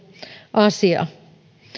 asia